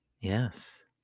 Yes